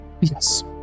Yes